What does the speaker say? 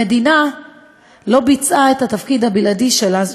המדינה לא מילאה את התפקיד הבלעדי שלה,